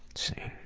see.